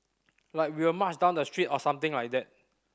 like we will march down the street or something like that